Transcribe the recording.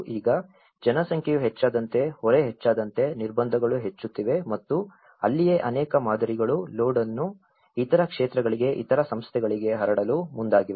ಈಗ ಜನಸಂಖ್ಯೆಯು ಹೆಚ್ಚಾದಂತೆ ಹೊರೆ ಹೆಚ್ಚಾದಂತೆ ನಿರ್ಬಂಧಗಳು ಹೆಚ್ಚುತ್ತಿವೆ ಮತ್ತು ಅಲ್ಲಿಯೇ ಅನೇಕ ಮಾದರಿಗಳು ಲೋಡ್ ಅನ್ನು ಇತರ ಕ್ಷೇತ್ರಗಳಿಗೆ ಇತರ ಸಂಸ್ಥೆಗಳಿಗೆ ಹರಡಲು ಮುಂದಾಗಿವೆ